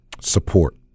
Support